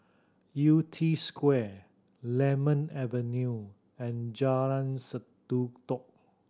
Yew Tee Square Lemon Avenue and Jalan Sendudok